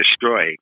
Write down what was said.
destroy